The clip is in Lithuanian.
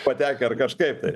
patekę ar kažkaip tai